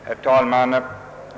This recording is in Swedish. Herr talman!